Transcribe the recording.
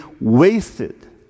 wasted